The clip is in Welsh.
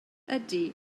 ydy